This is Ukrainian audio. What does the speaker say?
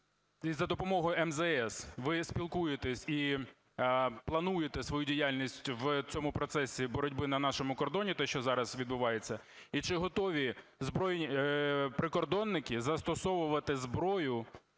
за допомогою МЗС ви спілкуєтесь і плануєте свою діяльність в цьому процесі боротьби на нашому кордоні, те, що зараз відбувається? І чи готові прикордонники застосовувати зброю